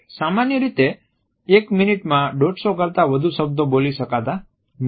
સામાન્ય રીતે એક મિનિટ માં 150 કરતાં વધુ શબ્દો બોલી શકતા નથી